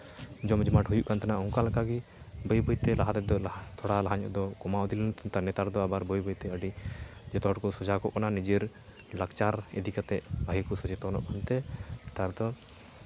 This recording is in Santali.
ᱡᱚᱢ ᱡᱚᱢᱟᱴ ᱦᱩᱭᱩᱜ ᱠᱟᱱ ᱛᱟᱦᱮᱱᱟ ᱚᱱᱠᱟ ᱞᱮᱠᱟᱜᱮ ᱵᱟᱹᱭᱼᱵᱟᱹᱭᱛᱮ ᱞᱟᱦᱟ ᱛᱮᱫᱚ ᱛᱷᱚᱲᱟ ᱧᱚᱜ ᱫᱚ ᱠᱚᱢᱟᱣ ᱤᱫᱤ ᱞᱮᱱ ᱛᱟᱦᱮᱱᱟᱨ ᱫᱚ ᱟᱵᱟᱨ ᱵᱟᱹᱭᱼᱵᱟᱹᱭ ᱛᱮ ᱟᱹᱰᱤ ᱡᱚᱛᱚ ᱦᱚᱲ ᱠᱚ ᱥᱚᱡᱟᱜᱚᱜ ᱠᱟᱱᱟ ᱱᱤᱡᱮᱨ ᱞᱟᱠᱪᱟᱨ ᱤᱫᱤ ᱠᱟᱛᱮᱫ ᱵᱷᱟᱹᱜᱤ ᱠᱚ ᱥᱚᱪᱮᱛᱚᱱᱚᱜ ᱠᱟᱱᱛᱮ ᱱᱮᱛᱟᱨ ᱫᱚ